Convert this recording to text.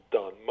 done